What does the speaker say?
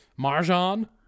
Marjan